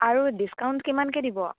আৰু ডিছকাউণ্ট কিমানকৈ দিব